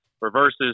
reverses